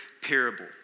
parable